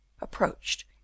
approached